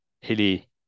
hilly